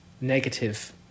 negative